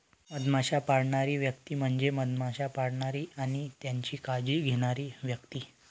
मधमाश्या पाळणारी व्यक्ती म्हणजे मधमाश्या पाळणारी आणि त्यांची काळजी घेणारी व्यक्ती